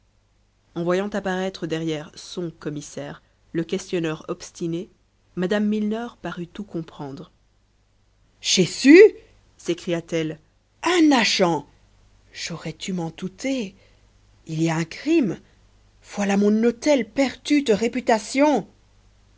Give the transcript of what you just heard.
en voyant apparaître derrière son commissaire le questionneur obstiné mme millier parut tout comprendre jésus s'écria-t-elle un agent j'aurais dû m'en douter il y a un crime voilà mon hôtel perdu de réputation